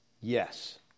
Yes